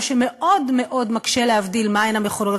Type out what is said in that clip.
מה שמאוד מאוד מקשה להבדיל מה הן המכונות